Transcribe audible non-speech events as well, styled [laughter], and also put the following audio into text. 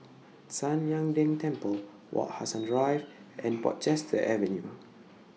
[noise] San Lian Deng Temple Wak Hassan Drive and Portchester Avenue